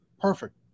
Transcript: Perfect